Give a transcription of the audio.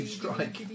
strike